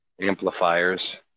Amplifiers